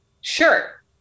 Sure